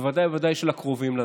בוודאי ובוודאי של הקרובים לנו.